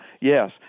Yes